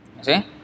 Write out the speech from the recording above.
see